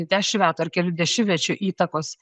dešim metų ar kelių dešimtmečių įtakos